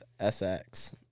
SX